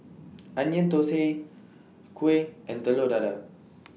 Onion Thosai Kuih and Telur Dadah